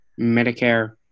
Medicare